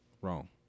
Wrong